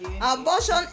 Abortion